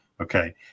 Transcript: okay